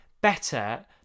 better